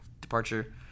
departure